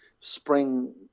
spring